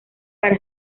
para